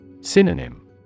Synonym